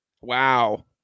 Wow